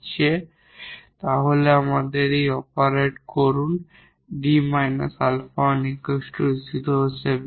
তাই যদি আপনি এটি অপারেট করুন 𝐷 𝛼1 0 হিসেবে